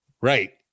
Right